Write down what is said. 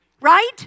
right